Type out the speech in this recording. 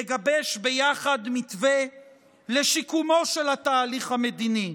יגבש ביחד מתווה לשיקומו של התהליך המדיני,